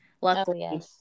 luckily